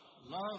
love